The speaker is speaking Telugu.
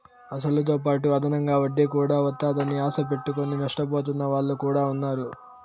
అసలుతోపాటు అదనంగా వడ్డీ కూడా వత్తాదని ఆశ పెట్టుకుని నష్టపోతున్న వాళ్ళు కూడా ఉన్నారు